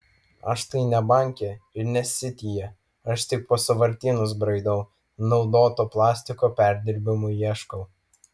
aš tai ne banke ir ne sityje aš tik po sąvartynus braidau naudoto plastiko perdirbimui ieškau